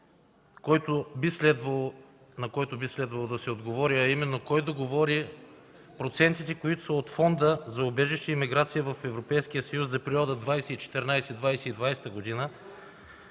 на който би следвало да се отговори: кой договори процентите, които са от Фонд „Убежище и миграция” в Европейския съюз за периода 2014-2020 г.